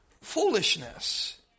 foolishness